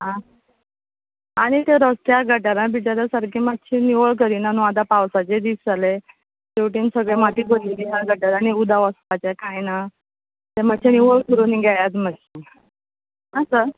आ आनी ते रस्त्या गटारां भितर सारकें मातशीं निवळ करिया न्हू आतां पावसाचे दीस जाले तेवटेन सगळे माती भरिल्ली गटारांनी उदक वचपाचे कांय ना ते मातशें निवळ करून घेयात मातशे आ सर